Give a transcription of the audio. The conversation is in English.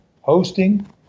hosting